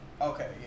Okay